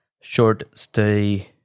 short-stay